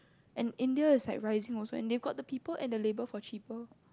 and India is like rising also and they got the people and the labour for cheaper also